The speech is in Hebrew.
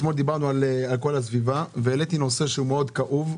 אתמול דיברנו על כל הסביבה והעליתי נושא כאוב מאוד.